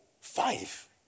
Five